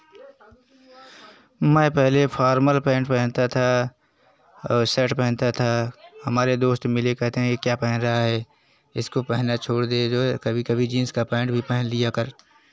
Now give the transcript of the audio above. मैं पहले formal pant पहनता था और शर्ट पहनता था हमारे दोस्त मिले कहते हैं यह क्या पहन रहा है इसको पहनना छोड़ दे जो कभी कभी जिन्स का पैंट भी पहन लिया कर